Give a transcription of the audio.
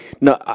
No